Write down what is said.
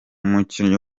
umukinnyi